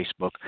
Facebook